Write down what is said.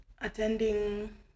attending